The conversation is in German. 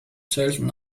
selten